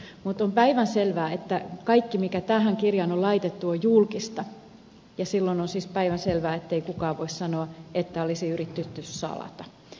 mutta on päivänselvää että kaikki mikä tähän kirjaan on laitettu on julkista ja silloin on siis päivänselvää ettei kukaan voi sanoa että olisi yritetty salata